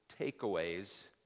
takeaways